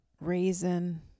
raisin